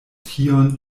tion